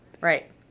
Right